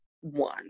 one